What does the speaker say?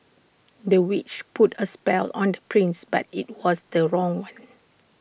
the witch put A spell on the prince but IT was the wrong one